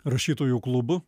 rašytojų klubu